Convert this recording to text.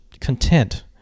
content